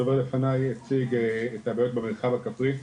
הדובר לפניי הציג את הבעיות במרחב הכפרי,